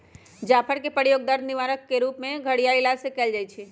जाफर कें के प्रयोग दर्द निवारक के रूप में घरइया इलाज में कएल जाइ छइ